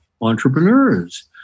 entrepreneurs